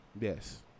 Yes